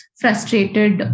frustrated